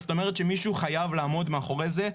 זאת אומרת שמישהו חייב לעמוד מאחורי זה,